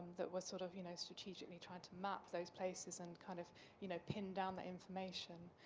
that was sort of you know strategically trying to map those places and kind of you know pin down the information.